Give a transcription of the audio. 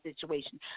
situation